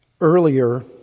Earlier